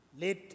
let